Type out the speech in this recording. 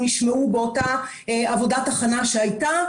נשמעו באותה עבודת הכנה שהייתה.